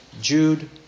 Jude